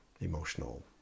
emotional